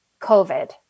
COVID